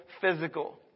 physical